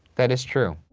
that is true.